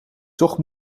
toch